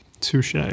Touche